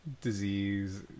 disease